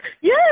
Yes